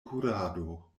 kurado